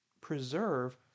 preserve